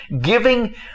Giving